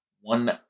one